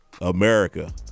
America